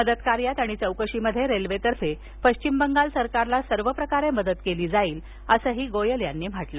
मदत कार्यात आणि चौकशीत रेल्वेतर्फे पश्चिम बंगाल सरकारला सर्व प्रकारे मदत केली जाईल असं आश्वासनही गोयल यांनी दिलं